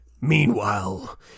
Meanwhile